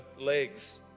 legs